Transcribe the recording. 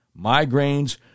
migraines